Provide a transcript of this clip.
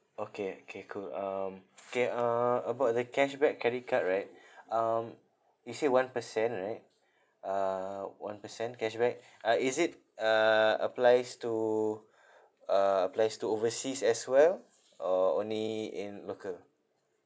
okay okay cool um K uh about the cashback credit card right um you say one percent right uh one percent cashback uh is it uh applies to uh applies to overseas as well or only in local